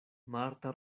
marta